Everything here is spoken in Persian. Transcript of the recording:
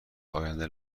آینده